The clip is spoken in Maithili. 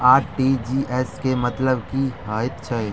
आर.टी.जी.एस केँ मतलब की हएत छै?